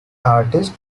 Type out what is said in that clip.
artist